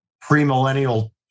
pre-millennial